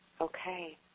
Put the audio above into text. Okay